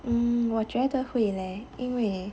hmm 我觉得会 leh 因为